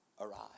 arrive